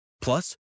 Plus